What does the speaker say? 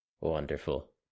Wonderful